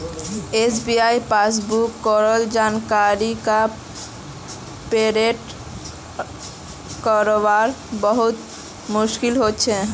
SBI passbook केर जानकारी क प्रिंट करवात बहुत मुस्कील हो छे